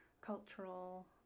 cultural